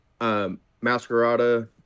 Masquerada